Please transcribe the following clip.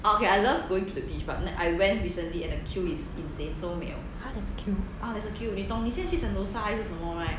!huh! there's a queue